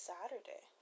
Saturday